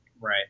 Right